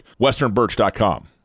westernbirch.com